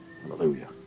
Hallelujah